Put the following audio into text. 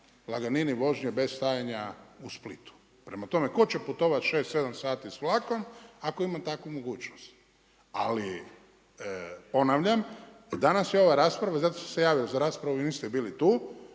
laganini vožnje bez stajanja u Splitu. Prema tome tko će putovati 6, 7 sati s vlakom ako ima takvu mogućnost. Ali ponavljam danas je ova rasprava i zato sam se javio za raspravu, vi niste bili tu,